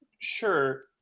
sure